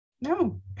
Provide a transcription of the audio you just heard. No